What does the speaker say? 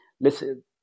listen